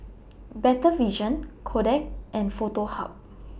Better Vision Kodak and Foto Hub